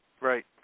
Right